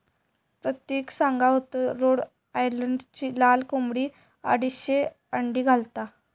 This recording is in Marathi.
प्रतिक सांगा होतो रोड आयलंडची लाल कोंबडी अडीचशे अंडी घालता